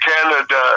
Canada